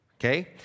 okay